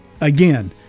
Again